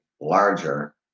larger